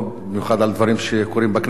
במיוחד על דברים שקורים בכנסת.